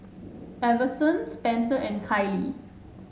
Iverson Spenser and Kailee